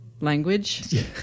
language